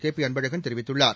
KP Anbazhagan தெரிவித்துள்ளார்